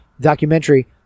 documentary